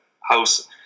house